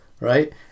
right